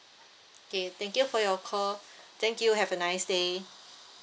okay thank you for your call thank you have a nice day